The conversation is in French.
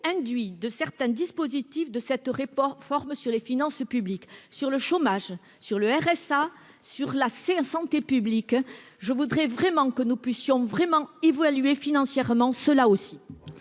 induits de certains dispositifs de cette report forme sur les finances publiques sur le chômage, sur le RSA sur la c'est santé publique je voudrais vraiment que nous puissions vraiment évaluer financièrement cela aussi.